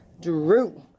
Drew